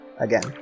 again